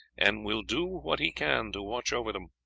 and will do what he can to watch over them.